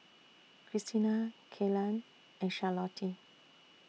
Krystina Kelan and Charlottie